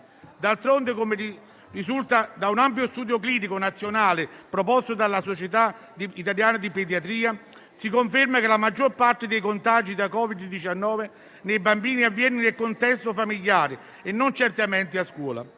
D'altronde, come risulta da un ampio studio clinico nazionale proposto dalla società italiana di pediatria, si conferma che la maggior parte dei contagi da Covid-19 nei bambini avviene nel contesto familiare e non certamente a scuola.